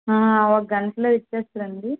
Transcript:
ఒక గంటలో ఇచ్చేస్తారండి